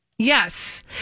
Yes